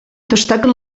destaquen